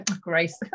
Grace